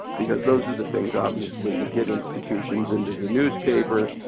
because those are the things obviously that get institutions into the newspaper,